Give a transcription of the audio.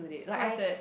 what is that